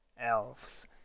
elves